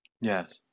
yes